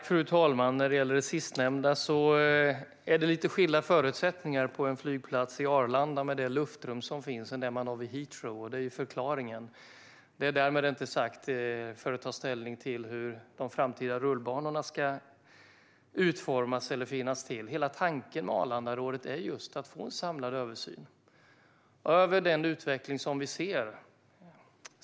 Fru talman! När det gäller det sistnämnda är det lite olika förutsättningar när det gäller det luftrum som finns för en flygplats som Arlanda och för Heathrow. Detta är förklaringen. Därmed är det inte sagt att man tagit ställning till hur de framtida rullbanorna ska utformas eller om de ska finnas. Hela tanken med Arlandarådet är just att få en samlad översyn över den utveckling vi ser.